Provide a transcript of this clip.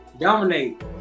dominate